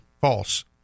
false